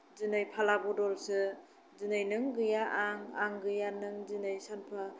दिनै फाला बदलसो दिनै नों गैया आं आं गैया नों दिनै सानफा